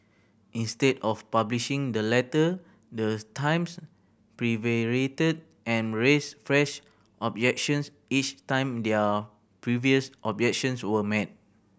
instead of publishing the letter the Times prevaricated and raised fresh objections each time their previous objections were met